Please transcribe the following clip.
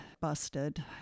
busted